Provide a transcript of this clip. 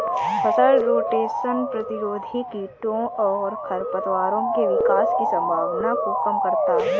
फसल रोटेशन प्रतिरोधी कीटों और खरपतवारों के विकास की संभावना को कम करता है